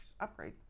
upgrade